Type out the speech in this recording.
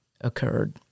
occurred